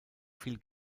viel